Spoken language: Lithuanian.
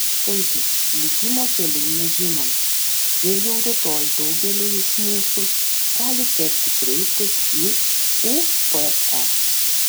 taigi likimo keliai nežinomi ir jau rytoj daugeliui iš mūsų gali tekti kreiptis į ups